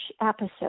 episode